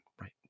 Right